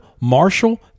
Marshall